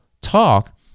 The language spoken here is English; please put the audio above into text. talk